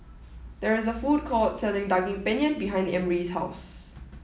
there is a food court selling Daging Penyet behind Emry's house